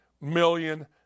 million